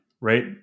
right